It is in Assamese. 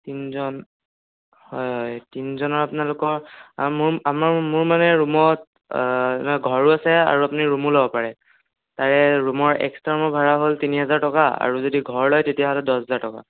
তিনিজন হয় হয় তিনিজনত আপোনালোকৰ আমাৰ মোৰ মানে ৰুমত ঘৰো আছে আৰু আপুনি ৰুমো ল'ব পাৰে তাৰে ৰুমৰ এক্সট্ৰা মোৰ ভাড়া হ'ল তিনি হাজাৰ টকা আৰু যদি ঘৰ লয় তেতিয়াহ'লে দহ হাজাৰ টকা